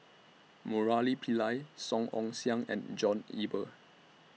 Murali Pillai Song Ong Siang and John Eber